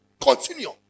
Continue